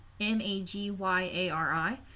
M-A-G-Y-A-R-I